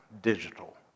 digital